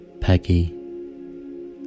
peggy